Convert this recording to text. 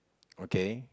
okay